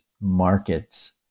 markets